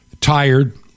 tired